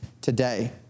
today